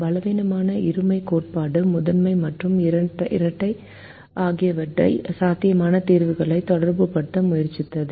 பலவீனமான இருமைக் கோட்பாடு முதன்மை மற்றும் இரட்டை ஆகியவற்றுடன் சாத்தியமான தீர்வுகளை தொடர்புபடுத்த முயற்சிக்கிறது